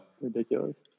Ridiculous